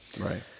Right